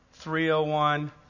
301